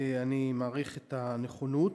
אני מעריך את הנכונות.